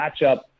matchup